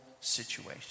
situation